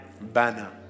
Banner